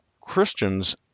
Christians